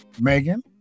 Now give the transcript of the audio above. Megan